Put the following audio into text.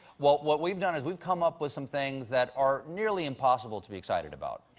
what what we've done is we've come up with some things that are nearly impossible to be excited about.